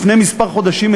לפני כמה חודשים,